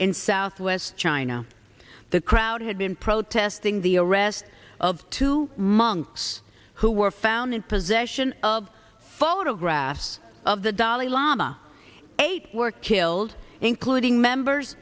in southwest china the crowd had been protesting the arrest of two monks who were found in possession of photographs of the dalai lama eight were killed including members